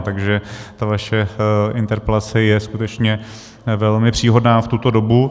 Takže ta vaše interpelace je skutečně velmi příhodná v tuto dobu.